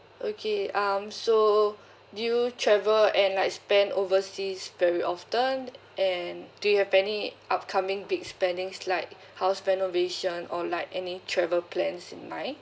okay um so do you travel and like spend overseas very often and do you have any upcoming big spending like house renovation or like any travel plans in line